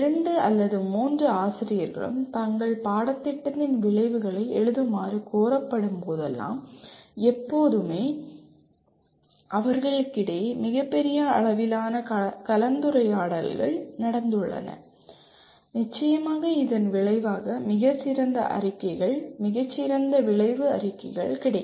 இரண்டு அல்லது மூன்று ஆசிரியர்களும் தங்கள் பாடத்திட்டத்தின் விளைவுகளை எழுதுமாறு கோரப்படும்போதெல்லாம் எப்போதுமே அவர்களிடையே மிகப்பெரிய அளவிலான கலந்துரையாடல்கள் நடந்துள்ளன நிச்சயமாக இதன் விளைவாக மிகச் சிறந்த அறிக்கைகள் மிகச் சிறந்த விளைவு அறிக்கைகள் கிடைக்கும்